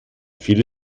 viele